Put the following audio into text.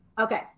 okay